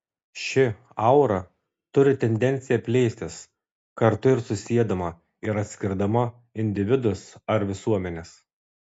ši aura turi tendenciją plėstis kartu ir susiedama ir atskirdama individus ar visuomenes